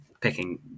picking